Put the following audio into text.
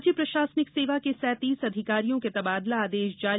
राज्य प्रशासनिक सेवा के सैंतीस अधिकारियों के तबादला आदेश जारी